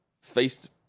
faced